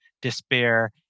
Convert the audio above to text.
despair